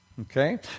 Okay